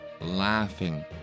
laughing